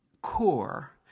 Core